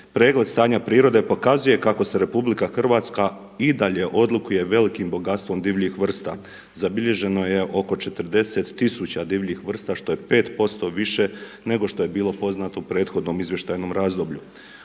Pregled stanja prirode pokazuje kako se RH i dalje odlikuje velikim bogatstvom divljih vrsta. Zabilježeno je oko 40 tisuća divljih vrsta što je 5% više nego što je bilo poznato u prethodnom izvještajnom razdoblju.